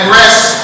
rest